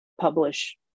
publish